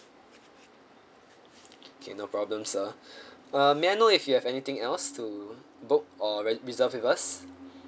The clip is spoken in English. okay no problem sir uh may I know if you have anything else to book or re~ reserve with us